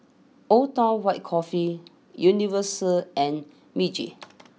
Old Town White Coffee Universal and Meiji